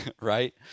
right